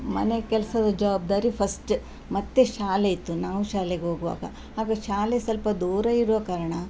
ಮನೆ ಕೆಲಸದ ಜವಾಬ್ದಾರಿ ಫಸ್ಟ್ ಮತ್ತು ಶಾಲೆ ಇತ್ತು ನಾವು ಶಾಲೆಗೆ ಹೋಗುವಾಗ ಆಗ ಶಾಲೆ ಸ್ವಲ್ಪ ದೂರ ಇರುವ ಕಾರಣ